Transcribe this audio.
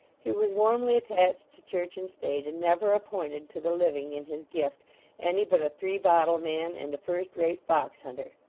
he was warmly attached to church and state, and never appointed to the living in his gift any but a three-bottle man and a first-rate fox-hunter.